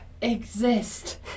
exist